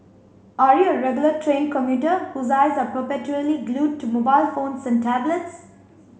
are you a regular train commuter whose eyes are perpetually glued to mobile phones and tablets